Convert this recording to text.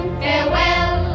farewell